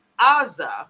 Aza